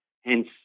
hence